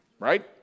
right